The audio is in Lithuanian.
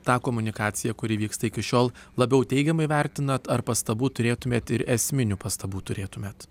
tą komunikaciją kuri vyksta iki šiol labiau teigiamai vertinat ar pastabų turėtumėt ir esminių pastabų turėtumėt